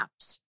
apps